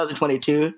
2022